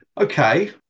okay